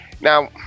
Now